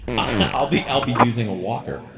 i'll be i'll be using a walker.